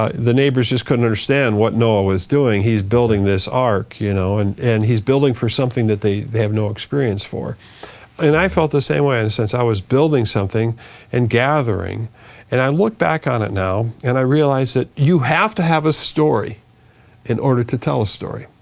ah the neighbors just couldn't understand what noah was doing. he's building this ark you know and and he's building for something that they have no experience for and i felt the same way in a sense. i was building something and gathering and i look back on it now and i realize that you have to have a story in order to tell a story.